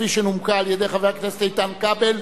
כפי שנומקה על-ידי חבר הכנסת איתן כבל,